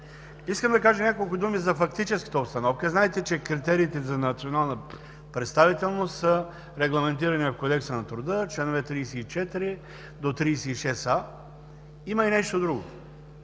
Искам да кажа и няколко думи за фактическата обстановка. Знаете, че критериите за национална представителност са регламентирани в чл. 34 – чл. 36а от Кодекса на труда. Има и нещо друго.